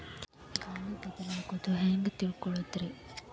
ಗಾಳಿ ಬದಲಾಗೊದು ಹ್ಯಾಂಗ್ ತಿಳ್ಕೋಳೊದ್ರೇ?